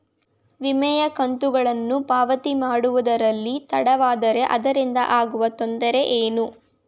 ವಿಮೆಯ ಕಂತುಗಳನ್ನು ಪಾವತಿ ಮಾಡುವುದರಲ್ಲಿ ತಡವಾದರೆ ಅದರಿಂದ ಆಗುವ ತೊಂದರೆ ಏನು?